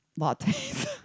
lattes